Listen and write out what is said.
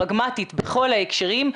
פרגמטית בכל ההקשרים,